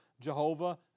Jehovah